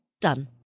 done